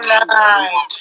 tonight